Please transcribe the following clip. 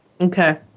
Okay